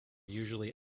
usually